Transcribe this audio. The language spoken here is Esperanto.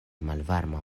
malvarma